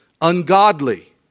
Ungodly